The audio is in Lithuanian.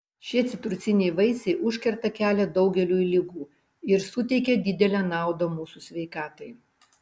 šie citrusiniai vaisiai užkerta kelią daugeliui ligų ir suteikia didelę naudą mūsų sveikatai